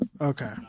Okay